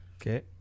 Okay